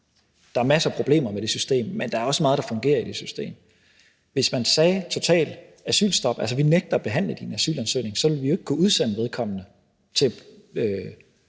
Der er masser af problemer med det system, men der er også meget, der fungerer i det system. Hvis man sagde, at vi havde totalt asylstop, altså at vi nægtede at behandle vedkommendes asylansøgning, så ville vi jo ikke kunne udsende vedkommende til